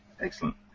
Excellent